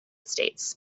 states